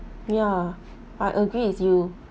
yeah I agree with you